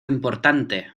importante